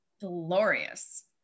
glorious